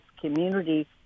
community